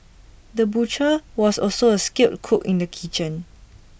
the butcher was also A skilled cook in the kitchen